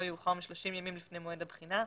יאוחר משלושים ימים לפני מועד הבחינה,